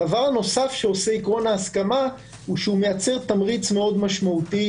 הדבר הנוסף שעושה עיקרון ההסכמה מייצר תמריץ מאוד משמעותי